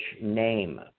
name